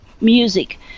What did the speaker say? music